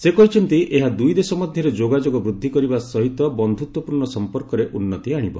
ସେ କହିଛନ୍ତି ଏହା ଦୂଇ ଦେଶ ମଧ୍ୟରେ ଯୋଗାଯୋଗ ବୃଦ୍ଧି କରିବା ସହିତ ବନ୍ଧୁତ୍ୱପୂର୍ଣ୍ଣ ସମ୍ପର୍କରେ ଉନ୍ନତି ଆଣିବ